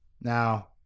Now